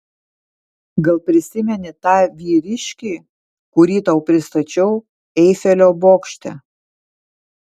gal prisimeni tą vyriškį kurį tau pristačiau eifelio bokšte